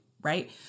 right